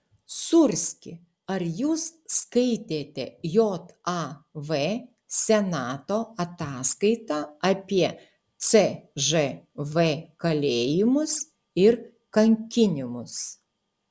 sūrski ar jūs skaitėte jav senato ataskaitą apie cžv kalėjimus ir kankinimus